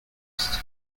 used